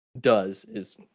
does—is